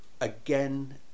again